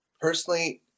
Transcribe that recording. personally